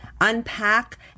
unpack